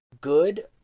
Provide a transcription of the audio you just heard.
good